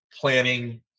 planning